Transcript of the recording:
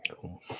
cool